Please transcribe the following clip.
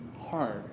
hard